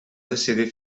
decidir